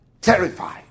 terrified